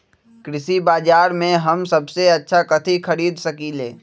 कृषि बाजर में हम सबसे अच्छा कथि खरीद सकींले?